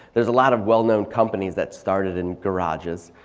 there's a lot of well known companies that started in garages.